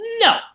no